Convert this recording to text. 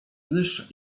gdyż